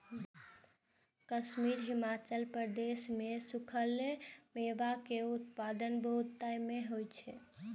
कश्मीर, हिमाचल प्रदेश मे सूखल मेवा के उत्पादन बहुतायत मे होइ छै